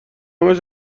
همش